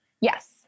Yes